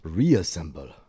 reassemble